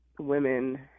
women